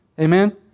Amen